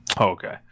Okay